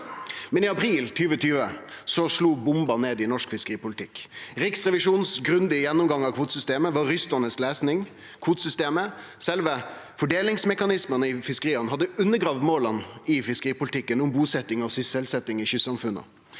Men i april 2020 slo bomba ned i norsk fiskeripolitikk. Riksrevisjonens grundige gjennomgang av kvotesystemet var oppskakande lesing. Kvotesystemet, sjølve fordelingsmekanismen i fiskeria, hadde undergrave måla i fiskeripolitikken om busetjing og sysselsetjing i kystsamfunna.